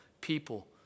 people